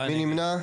מי נמנע?